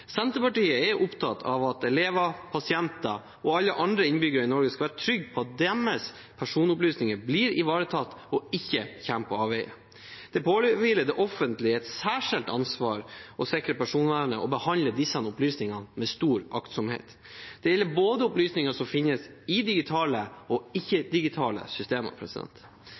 Senterpartiet er opptatt av at elever, pasienter og alle andre innbyggere i Norge skal være trygge på at deres personopplysninger blir ivaretatt og ikke kommer på avveier. Det påhviler det offentlige et særskilt ansvar å sikre personvernet og behandle disse opplysningene med stor aktsomhet. Det gjelder både opplysninger som finnes i digitale og i ikke-digitale systemer.